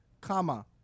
comma